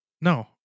no